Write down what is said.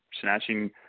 snatching